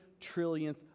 trillionth